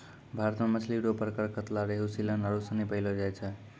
भारत मे मछली रो प्रकार कतला, रेहू, सीलन आरु सनी पैयलो जाय छै